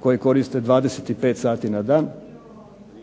koji koriste 25 sati na dan,